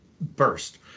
burst